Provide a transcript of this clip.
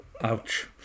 Ouch